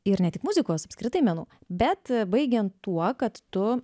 ir ne tik muzikos apskritai menų bet baigiant tuo kad tu